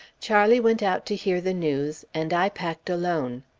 charlie went out to hear the news, and i packed alone.